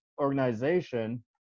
organization